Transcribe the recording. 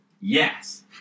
Yes